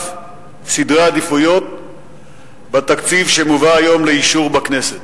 סדרי העדיפויות בתקציב שמובא היום לאישור בכנסת.